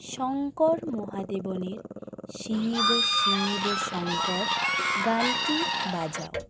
শঙ্কর মহাদেবনের শিব শিব শঙ্কর গানটি বাজাও